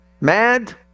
mad